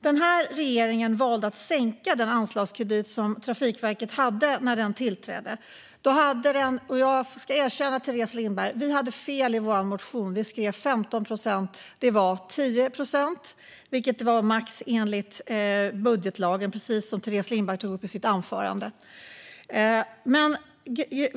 Regeringen valde när den tillträdde att sänka den anslagskredit som Trafikverket hade. Jag ska erkänna, Teres Lindberg, att vi hade fel i vår motion. Vi skrev 15 procent, men det var 10 procent, vilket var max enligt budgetlagen, precis som Teres Lindberg tog upp i sitt anförande.